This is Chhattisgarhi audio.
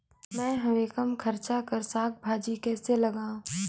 मैं हवे कम खर्च कर साग भाजी कइसे लगाव?